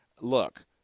Look